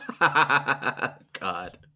god